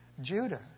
Judah